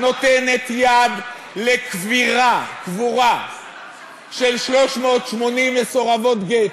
נותנת יד לקבורה של 380 מסורבות גט,